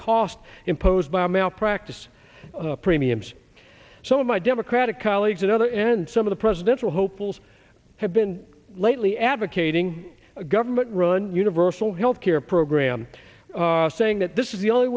cost imposed by malpractise premiums so my democratic colleagues and other and some of the presidential hopefuls have been lately advocating a government run universal health care program saying that this is the only